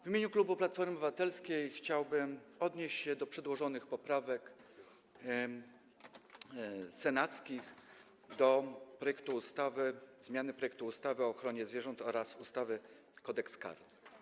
W imieniu klubu Platformy Obywatelskiej chciałbym odnieść się do przedłożonych poprawek senackich do ustawy o zmianie ustawy o ochronie zwierząt oraz ustawy Kodeks karny.